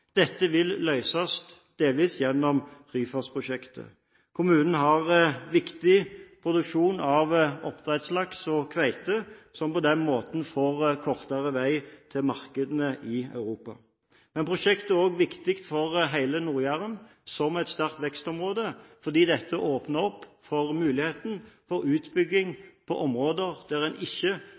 Dette vil delvis løses gjennom Ryfastprosjektet. Kommunen har viktig produksjon av oppdrettslaks og -kveite, som på den måten får kortere vei til markedene i Europa. Men prosjektet er også viktig for hele Nord-Jæren, som er et sterkt vekstområde, fordi dette åpner opp for muligheten til utbygging der man ikke